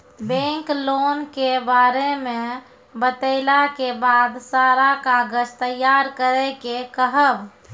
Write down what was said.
Bank loan के बारे मे बतेला के बाद सारा कागज तैयार करे के कहब?